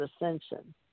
ascension